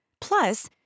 Plus